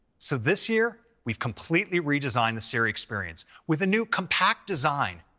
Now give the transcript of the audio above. so this year, we've completely redesigned the siri experience with a new compact design.